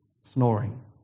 snoring